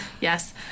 Yes